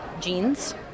Jeans